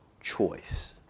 choice